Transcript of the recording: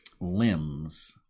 limbs